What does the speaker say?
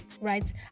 right